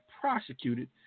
prosecuted